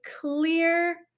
clear